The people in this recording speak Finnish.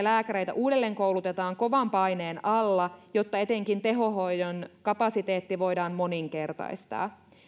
lääkäreitä uudelleenkoulutetaan kovan paineen alla jotta etenkin tehohoidon kapasiteetti voidaan moninkertaistaa